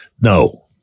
No